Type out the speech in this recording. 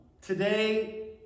today